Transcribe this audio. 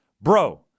bro